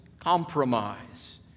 compromise